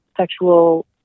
sexual